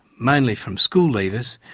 mainly from school leavers,